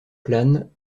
plane